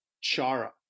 Chara